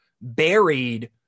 buried